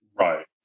Right